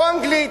או אנגלית,